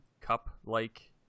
cup-like